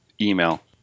email